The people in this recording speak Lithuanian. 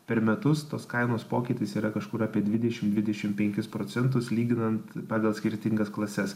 per metus tos kainos pokytis yra kažkur apie dvidešimt dvidešimt penkis procentus lyginant pagal skirtingas klases